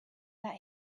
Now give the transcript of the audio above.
that